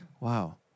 Wow